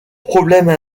problèmes